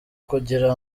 kugira